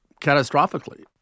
catastrophically